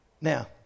Now